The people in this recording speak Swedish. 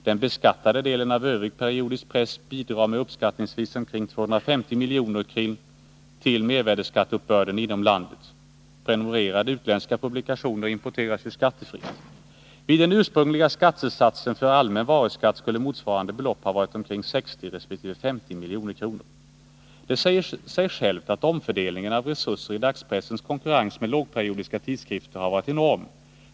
Den beskattade delen av övrig periodisk press bidrar med uppskattningsvis omkring 250 milj.kr. till mervärdeskatteuppbörden inom landet. Prenumererade, utländska publikationer importeras ju skattefritt. Vid den ursprungliga skattesatsen för allmän varuskatt skulle motsvarande belopp ha varit omkring 60 resp. 50 milj.kr. Det säger sig självt att omfördelningen av resurser i dagspressens konkurrens med lågperiodiska tidskrifter har varit enorm.